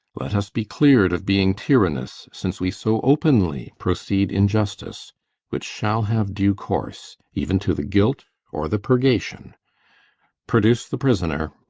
let us be clear'd of being tyrannous, since we so openly proceed in justice which shall have due course, even to the guilt or the purgation produce the prisoner.